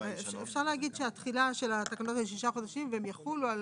אפשר להגיד שהתחילה של התקנות האלה שישה חודשים והן יחולו על